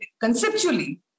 conceptually